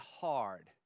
hard